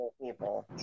people